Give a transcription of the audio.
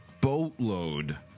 boatload